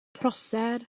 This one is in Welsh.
prosser